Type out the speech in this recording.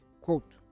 Quote